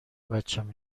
بچم